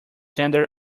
tender